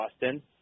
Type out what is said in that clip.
Boston